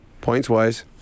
points-wise